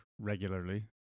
regularly